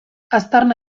aztarna